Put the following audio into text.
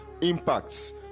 impacts